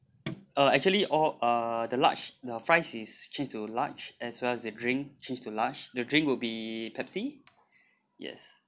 uh actually all uh the large the fries is change to large as well as the drink change to large the drink will be Pepsi yes